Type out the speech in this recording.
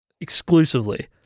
exclusively